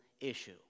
issue